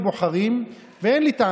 מפרסמת מסמך בעייתי, מלא הטעיות והסתרות.